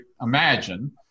imagine